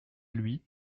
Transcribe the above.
lui